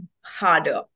harder